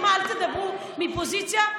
אל תדברו מפוזיציה,